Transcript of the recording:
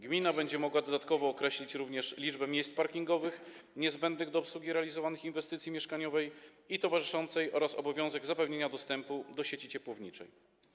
Gmina będzie mogła dodatkowo określić również liczbę miejsc parkingowych niezbędnych do obsługi realizowanych inwestycji mieszkaniowej i towarzyszącej oraz obowiązek zapewnienia dostępu do sieci ciepłowniczej.